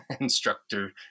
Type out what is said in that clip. instructor